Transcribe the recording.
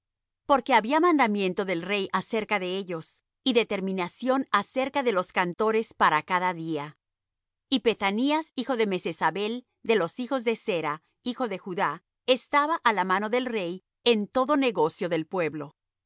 porque había mandamiento del rey acerca de ellos y determinación acerca de los cantores para cada día y pethahías hijo de mesezabel de los hijos de zerah hijo de judá estaba á la mano del rey en todo negocio del pueblo y